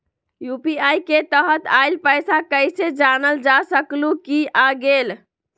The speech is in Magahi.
यू.पी.आई के तहत आइल पैसा कईसे जानल जा सकहु की आ गेल?